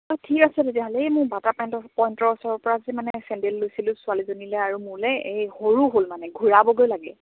অঁ ঠিক আছে তেতিয়াহ'লে এই মোৰ বাটা পইণ্টৰ ওচৰৰপৰা যে মানে চেণ্ডেল লৈছিলোঁ ছোৱালীজনীলৈ আৰু মোলৈ এই সৰু হ'ল মানে ঘূৰাবগৈ লাগে